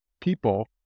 people